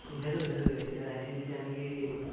সেইটোকে সেইটোকেই এতিয়া সেহেঁতি যেতিয়া নেকি